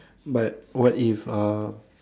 but what if uh